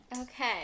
Okay